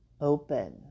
open